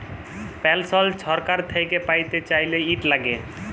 পেলসল ছরকার থ্যাইকে প্যাইতে চাইলে, ইট ল্যাগে